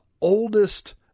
oldest